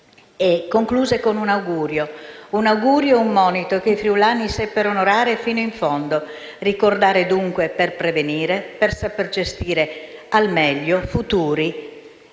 e concluse con un augurio ed un monito che i friulani seppero onorare fino in fondo: ricordare per prevenire e per saper gestire al meglio futuri